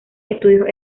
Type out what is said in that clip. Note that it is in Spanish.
estudios